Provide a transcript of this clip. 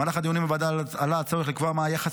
במהלך הדיונים בוועדה עלה הצורך לקבוע מה היחס